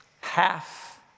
Half